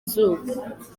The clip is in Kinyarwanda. izuba